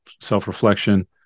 self-reflection